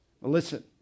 Listen